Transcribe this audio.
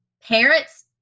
parents